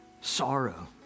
sorrow